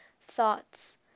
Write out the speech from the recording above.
thoughts